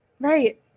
right